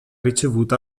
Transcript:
ricevuta